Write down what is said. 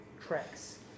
tracks